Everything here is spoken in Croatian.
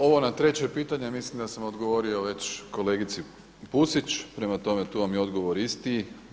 Ovo na treće pitanje mislim da sam odgovorio već kolegici Pusić, prema tome tu vam je odgovor isti.